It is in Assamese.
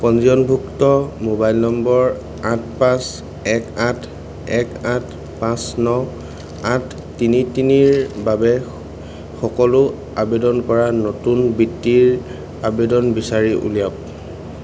পঞ্জীয়নভুক্ত মোবাইল নম্বৰ আঠ পাঁচ এক আঠ এক আঠ পাঁচ ন আঠ তিনি তিনিৰ বাবে সকলো আবেদন কৰা নতুন বৃত্তিৰ আবেদন বিচাৰি উলিয়াওক